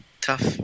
tough